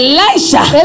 Elijah